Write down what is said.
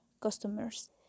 customers